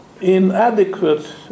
inadequate